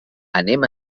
anem